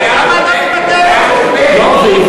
אף אחד לא מדבר.